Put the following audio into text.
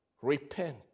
Repent